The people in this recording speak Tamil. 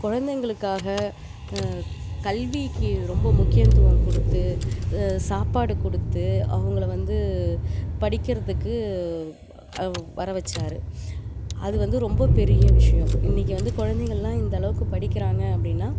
குழந்தைங்களுக்காக கல்விக்கு ரொம்ப முக்கியோத்துவம் கொடுத்து சாப்பாடு கொடுத்து அவங்கள வந்து படிக்கிறதுக்கு வர வைச்சாரு அது வந்து ரொம்ப பெரிய விஷயோம் இன்றைக்கி வந்து குழந்தைங்கள்லாம் இந்தளவுக்கு படிக்கிறாங்க அப்படின்னா